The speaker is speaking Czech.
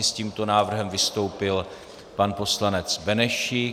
S tímto návrhem vystoupil pan poslanec Benešík.